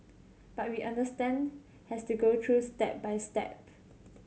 but we understand has to go through step by step